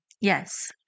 Yes